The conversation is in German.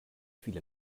viele